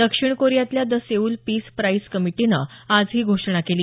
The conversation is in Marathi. दक्षिण कोरियातल्या द सेऊल पीस प्राइझ कमिटीनं आज ही घोषणा केली